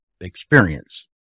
experience